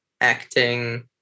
acting